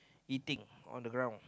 eating on the ground